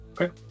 Okay